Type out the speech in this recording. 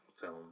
film